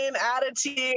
attitude